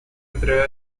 entrega